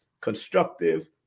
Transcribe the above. constructive